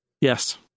Yes